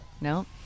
No